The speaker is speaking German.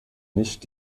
nicht